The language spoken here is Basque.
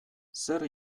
zer